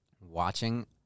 watching